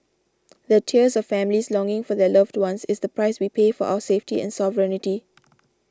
the tears of families longing for their loved ones is the price we pay for our safety and sovereignty